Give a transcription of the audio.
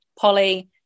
polly